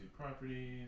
properties